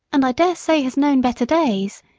and i dare say has known better days.